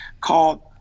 called